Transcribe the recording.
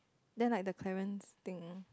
then like the Clarence thing